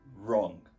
Wrong